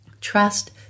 Trust